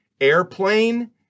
airplane